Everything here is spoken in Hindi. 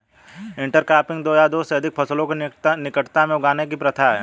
इंटरक्रॉपिंग दो या दो से अधिक फसलों को निकटता में उगाने की प्रथा है